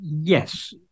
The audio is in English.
Yes